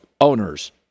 owners